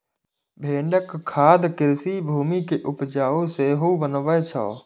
भेड़क खाद कृषि भूमि कें उपजाउ सेहो बनबै छै